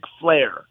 flair